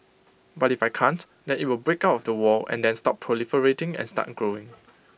but if I can't then IT will break out of the wall and then stop proliferating and start growing